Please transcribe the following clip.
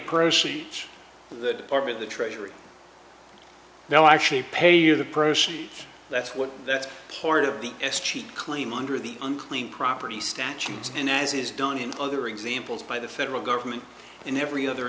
proceeds the department the treasury now i actually pay you the procession that's what that's part of the s cheap claim under the unclean property statutes in as is done in other examples by the federal government in every other